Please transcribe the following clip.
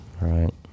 Right